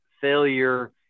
failure